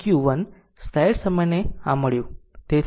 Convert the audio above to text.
તેથી q 1 slide સમયને આ મળ્યું